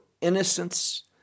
innocence